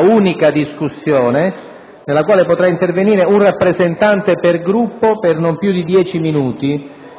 un'unica discussione, nella quale potrà intervenire un rappresentante per Gruppo, per non più di dieci minuti.